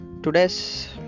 today's